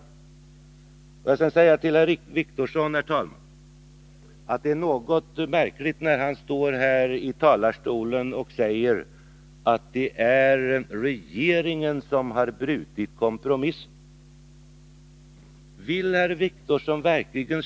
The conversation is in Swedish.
Låt mig sedan, herr talman, säga till herr Wictorsson att jag finner det märkligt att han från kammarens talarstol säger att det är regeringen som har brutit kompromissöverenskommelsen.